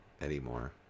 anymore